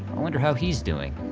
i wonder how he's doing.